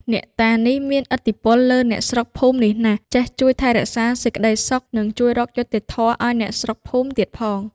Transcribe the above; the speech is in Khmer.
អ្នកតានេះ មាន ឥទ្ធិពលលើអ្នកស្រុកភូមិនេះណាស់ ចេះជួយថែរក្សាសេចក្តីសុខ និងជួយរកយុត្តិធម៌ឲ្យអ្នកស្រុកភូមិទៀត ផង ។